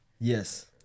Yes